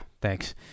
Thanks